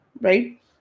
right